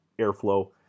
airflow